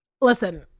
Listen